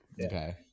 Okay